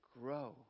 Grow